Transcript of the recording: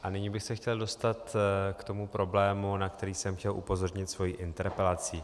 A nyní bych se chtěl dostat k tomu problému, na který jsem chtěl upozornit svou interpelací.